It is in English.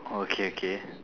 okay okay